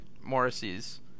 Morrissey's